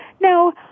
Now